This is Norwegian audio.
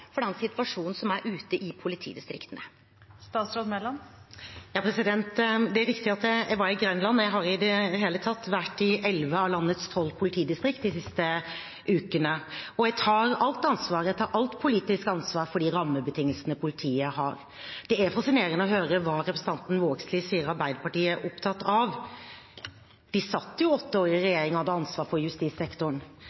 for den situasjonen som er ute i politidistrikta? Det er riktig at jeg var i Grenland. Jeg har i det hele tatt vært i elleve av landets tolv politidistrikter de siste ukene, og jeg tar alt politisk ansvar for de rammebetingelsene politiet har. Det er fascinerende å høre hva representanten Vågslid sier Arbeiderpartiet er opptatt av. De satt jo åtte år i